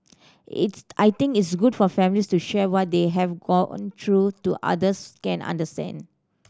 it's I think it's good for families to share what they have gone through to others can understand